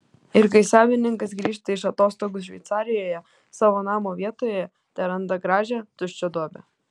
ir kai savininkas grįžta iš atostogų šveicarijoje savo namo vietoje teranda gražią tuščią duobę